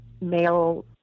male